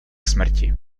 smrti